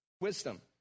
Wisdom